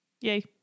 yay